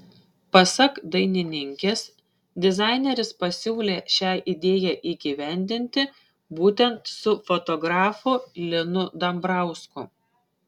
pasak dainininkės dizaineris pasiūlė šią idėją įgyvendinti būtent su fotografu linu dambrausku